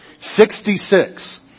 Sixty-six